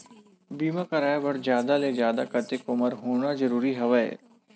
बीमा कराय बर जादा ले जादा कतेक उमर होना जरूरी हवय?